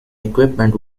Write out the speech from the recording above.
equipment